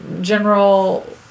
General